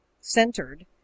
centered